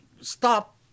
stop